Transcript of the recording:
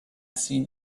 seen